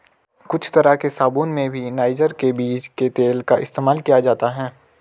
कुछ तरह के साबून में भी नाइजर के बीज के तेल का इस्तेमाल किया जाता है